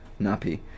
nappy